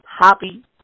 happy